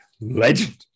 legend